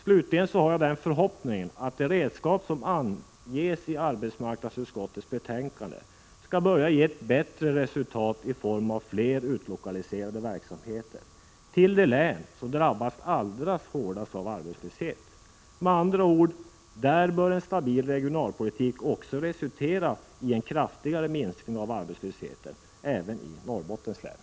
Slutligen har jag den förhoppningen att de redskap som anges i arbetsmarknadsutskottets betänkande skall börja ge ett bättre resultat i form av fler utlokaliserade verksamheter till det län som drabbats allra hårdast av arbetslösheten. Med andra ord, en stabil regionalpolitik bör också resultera i en kraftigare minskning av arbetslösheten även i Norrbottens län.